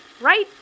Right